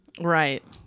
Right